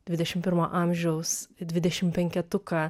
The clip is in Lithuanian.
dvidešimt pirmo amžiaus dvidešimtpenketuką